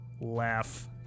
laugh